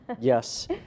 Yes